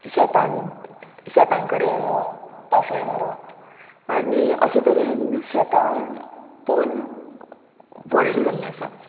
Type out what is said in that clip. शेतांत शेतां कडेन पासय मारप आनी अशे तरेन शेतां पळोवन व्हडलीं जाल्लीं आसा